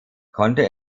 konnte